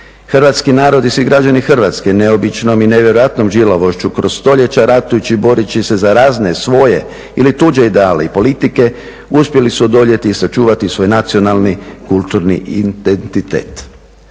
Hrvatski narod i svi građani Hrvatske neobičnom i nevjerojatnom žilavošću kroz stoljeća ratujući i boreći se za razne svoje ili tuđe idealne i politike uspjeli su odoljeti i sačuvati svoj nacionalni kulturni identitet.